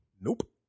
Nope